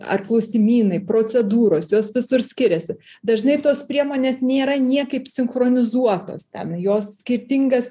ar klausimynai procedūros jos visur skiriasi dažnai tos priemonės nėra niekaip sinchronizuotos ten jos skirtingas